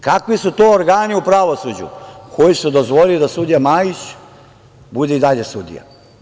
Kakvi su to organi u pravosuđu koji su dozvolili da sudija Majić bude i dalje sudija?